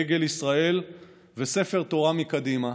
דגל ישראל וספר תורה מלפנים,